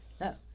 No